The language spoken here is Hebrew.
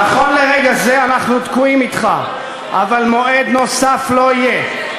נכון לרגע זה, חבר הכנסת אראל מרגלית,